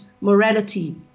morality